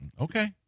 okay